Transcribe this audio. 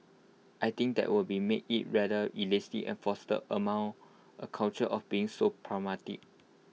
I think that would be make IT rather elitist and foster among A culture of being so pragmatic